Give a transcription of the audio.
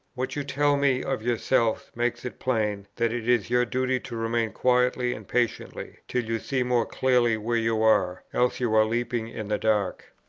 what you tell me of yourself makes it plain that it is your duty to remain quietly and patiently, till you see more clearly where you are else you are leaping in the dark.